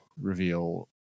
reveal